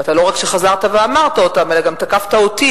ואתה לא רק שחזרת ואמרת אותם אלא גם תקפת אותי,